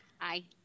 Aye